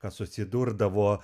kas susidurdavo